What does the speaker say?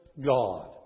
God